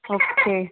okay